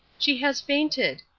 she has fainted.